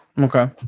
okay